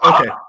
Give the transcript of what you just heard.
Okay